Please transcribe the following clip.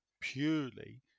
purely